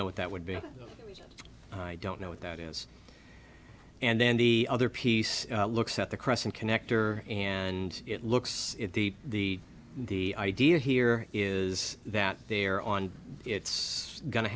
know what that would be and i don't know what that is and then the other piece looks at the crescent connector and it looks at the the the idea here is that they're on it's go